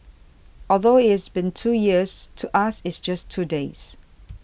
although it's been two years to us it's just two days